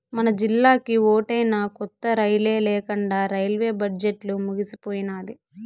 మనజిల్లాకి ఓటైనా కొత్త రైలే లేకండా రైల్వే బడ్జెట్లు ముగిసిపోయినాది